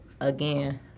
Again